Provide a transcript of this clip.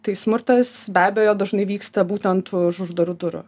tai smurtas be abejo dažnai vyksta būtent už uždarų durų